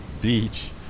beach